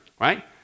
right